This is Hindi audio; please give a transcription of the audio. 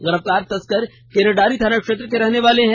गिरफ्तार तस्कर केरेडारी थाना क्षेत्र के रहनेवाले हैं